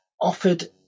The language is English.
offered